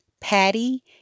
Patty